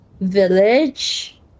village